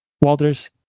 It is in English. walters